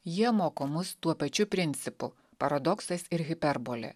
jie moko mus tuo pačiu principu paradoksas ir hiperbolė